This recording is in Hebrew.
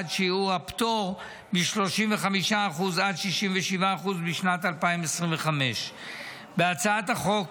שיעור הפטור מ-35% עד 67% בשנת 2025. בהצעת החוק